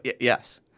Yes